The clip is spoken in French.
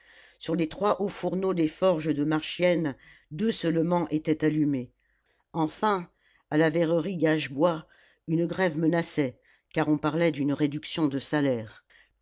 sur les trois hauts fourneaux des forges de marchiennes deux seulement étaient allumés enfin à la verrerie gagebois une grève menaçait car on parlait d'une réduction de salaire